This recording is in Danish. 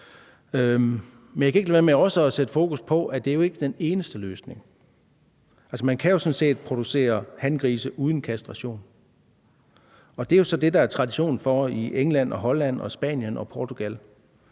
Men jeg kan ikke lade være med også at sætte fokus på, at det jo ikke er den eneste løsning. Man kan jo sådan set producere hangrise uden kastration, og det er jo så det, der er tradition for i England, Holland, Spanien og Portugal,